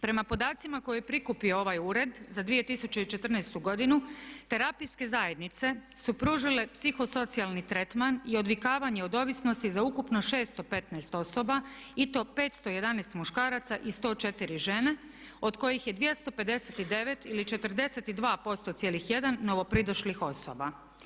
Prema podacima koje je prikupio ovaj ured za 2014. godinu terapijske zajednice su pružile psihosocijalni tretman i odvikavanje od ovisnosti za ukupno 615 osoba i to 511 muškaraca i 104 žene od kojih je 259 ili 42,1% novopridošlih osoba.